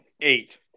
eight